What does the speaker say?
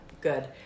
good